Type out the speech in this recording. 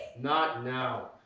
not now.